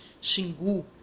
Xingu